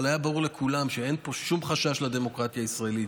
אבל היה ברור לכולם שאין פה שום חשש לדמוקרטיה הישראלית.